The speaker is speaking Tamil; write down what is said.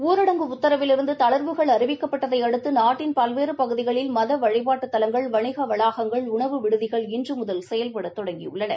ஊரடங்கு உத்தரவிலிருந்து தளா்வுகள் அறிவிக்கப்பட்டதை அடுத்து நாட்டின் பல்வேறு பகுதிகளில் வழிபாட்டுத் தலங்கள் வணிக வளாகங்கள் உணவு விடுதிகள் இன்று முதல் செயல்பட மத தொடங்கியுள்ளன